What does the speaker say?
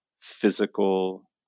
physical